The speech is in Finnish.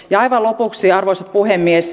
aivan lopuksi arvoisa puhemies